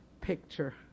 picture